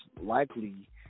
likely